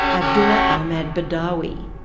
abdullah ahmad badawi.